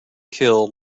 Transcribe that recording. kill